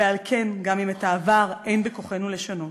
ועל כן, גם אם את העבר אין בכוחנו לשנות,